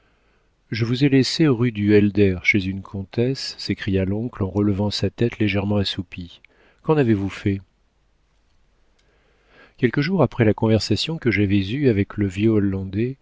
je vous ai laissé rue du helder chez une comtesse s'écria l'oncle en relevant sa tête légèrement assoupie qu'en avez-vous fait quelques jours après la conversation que j'avais eue avec le vieux hollandais